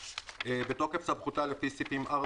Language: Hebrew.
אדוני בתוקף סמכותה לפי סעיפים 4,